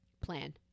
plan